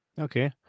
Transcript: Okay